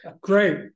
Great